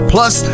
Plus